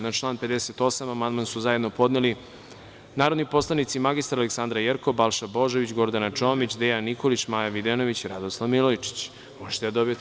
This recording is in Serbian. Na član 58. amandman su zajedno podneli narodni poslanici mr Aleksandra Jerkov, Balša Božović, Gordana Čomić, Dejan Nikolić, Maja Videnović i Radoslav Milojičić.